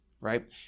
right